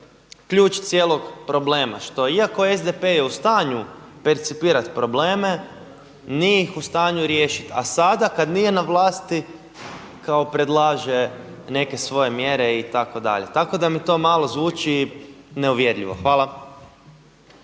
ključ cijelog problema. Što iako SDP je u stanju percipirali probleme nije ih u stanju riješiti. A sada kada nije na vlasti kao predlaže neke svoje mjere itd.. Tako da mi to malo zvuči neuvjerljivo. Hvala.